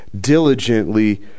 diligently